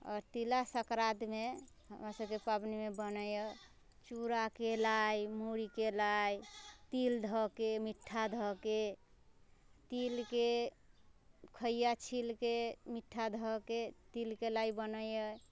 आओर तिला सङ्क्रान्तिमे हमरा सबकेँ पबनिमे बनैया चूड़ाके लाइ मुढ़ीके लाइ तिल धऽके मीठा धऽके तिलके खोइआ छीलके मीठा धऽके तिलके लाइ बनैया